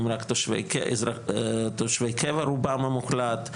הם רק תושבי קבע רובם המוחלט,